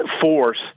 force